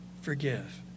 forgive